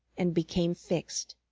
and became fixed.